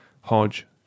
Hodge